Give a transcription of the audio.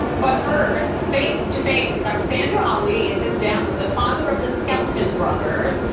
but first, face-to-face, our sandra ali sits down with the father of the skeleton brothers.